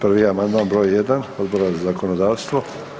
Prvi amandman, br. 1, Odbora za zakonodavstvo.